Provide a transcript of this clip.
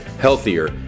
healthier